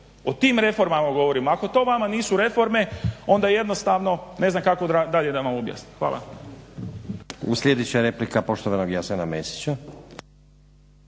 o tim reformama govorimo. Ako to vama nisu reforme onda jednostavno ne znam kako dalje da vam objasnim. Hvala.